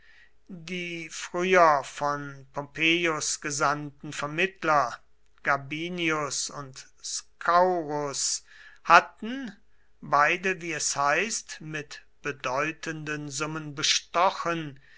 die früher von pompeius gesandten vermittler gabinius und scaurus hatten beide wie es heißt mit bedeutenden summen bestochen